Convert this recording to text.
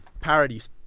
parodies